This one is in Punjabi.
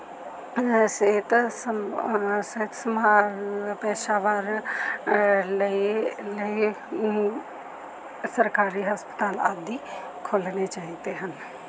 ਸਿਹਤ ਸੰ ਸਿਹਤ ਸੰਭਾਲ ਪੇਸ਼ਾਵਾਰ ਲਈ ਲਈ ਸਰਕਾਰੀ ਹਸਪਤਾਲ ਆਦਿ ਖੋਲ੍ਹਣੇ ਚਾਹੀਦੇ ਹਨ